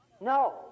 No